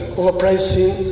overpricing